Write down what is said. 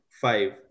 five